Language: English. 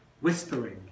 whispering